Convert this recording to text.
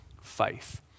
faith